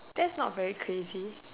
that's not very crazy